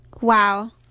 Wow